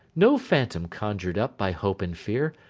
no phantom conjured up by hope and fear,